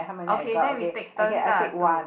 okay then we take turns ah to